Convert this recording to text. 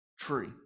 tree